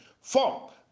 Four